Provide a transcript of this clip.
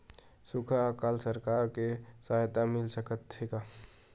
सुखा अकाल सरकार से सहायता मिल सकथे का?